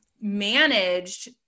managed